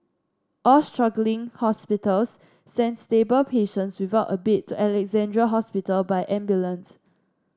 all struggling hospitals sent stable patients without a bed to Alexandra Hospital by ambulance